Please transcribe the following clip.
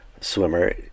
swimmer